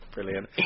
Brilliant